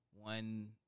one